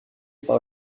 par